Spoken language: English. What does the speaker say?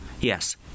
Yes